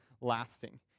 lasting